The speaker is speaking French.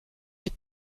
est